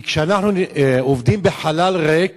כי כשאנחנו עובדים בחלל ריק,